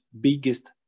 biggest